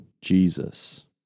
Jesus